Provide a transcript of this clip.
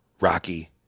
Rocky